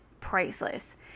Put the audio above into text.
priceless